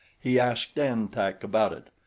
he asked an-tak about it,